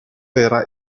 era